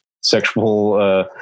sexual